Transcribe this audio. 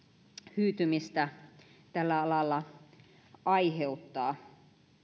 hyytymistä tällä alalla aiheuttaa